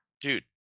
Dude